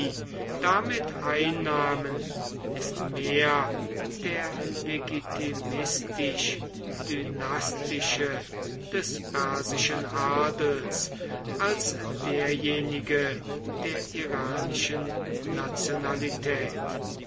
damit einnahmen ist mehr der legitimistisch dynastische des persischen adels als derjenige der iranischen nationalität